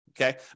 Okay